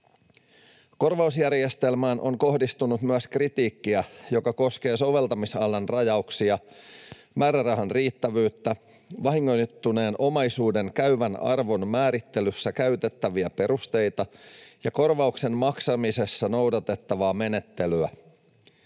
Korvausjärjestelmään on kohdistunut myös kritiikkiä, joka koskee soveltamisalan rajauksia, määrärahan riittävyyttä, vahingoittuneen omaisuuden käyvän arvon määrittelyssä käytettäviä perusteita ja korvauksen maksamisessa noudatettavaa menettelyä.